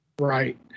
Right